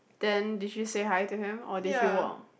then did you say hi to him or did you warm